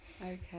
Okay